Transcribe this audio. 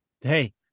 Hey